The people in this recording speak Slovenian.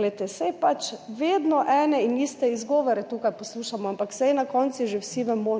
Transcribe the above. Glejte, saj pač vedno ene in iste izgovore tukaj poslušamo, ampak saj na koncu že vsi vemo,